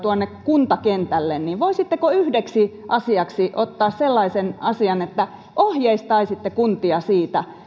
kuntakentälle niin voisitteko yhdeksi asiaksi ottaa sellaisen asian että ohjeistaisitte kuntia siitä